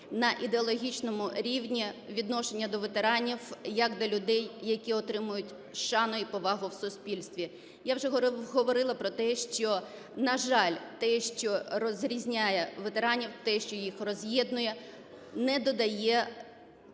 на ідеологічному рівні відношення до ветеранів як до людей, які отримують шану і повагу в суспільстві. Я вже говорила про те, що, на жаль, те, що розрізняє ветеранів, те, що їх роз'єднує, не додає в